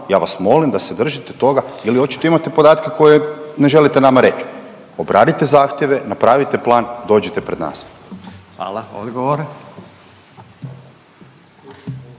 Ja vas molim da se držite toga, jer očito imate podatke koje ne želite nama reći. Obradite zahtjeve, napravite plan, dođite pred nas. **Radin, Furio